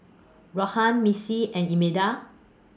Rhona Missy and Imelda